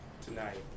tonight